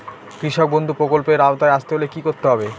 কৃষকবন্ধু প্রকল্প এর আওতায় আসতে হলে কি করতে হবে?